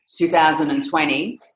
2020